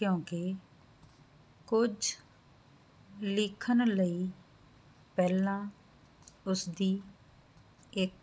ਕਿਉਂਕਿ ਕੁਝ ਲਿਖਣ ਲਈ ਪਹਿਲਾਂ ਉਸਦੀ ਇਕ